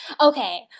Okay